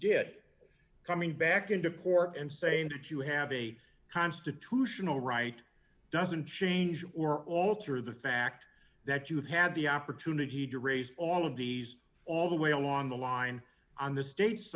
did coming back into court and saying to do you have a constitutional right doesn't change or alter the fact that you had the opportunity to raise all of these all the way along the line on the state